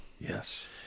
Yes